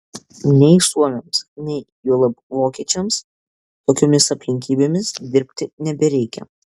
nei suomiams nei juolab vokiečiams tokiomis aplinkybėmis dirbti nebereikia